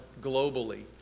globally